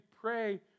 pray